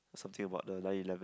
something about the nine eleven